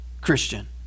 Christian